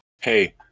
hey